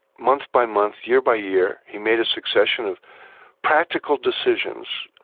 month by month, year by year he made a succession of practical decisions,